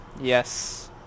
Yes